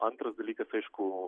antras dalykas aišku